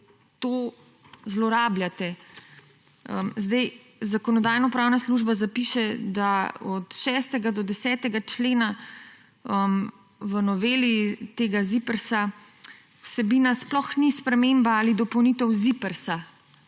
vi to zlorabljate. Zakonodajno-pravna služba zapiše, da od 6. do 10. člena v noveli tega ZIPRS vsebina sploh ni sprememba ali dopolnitev ZIPRS,